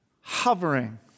hovering